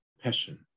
passion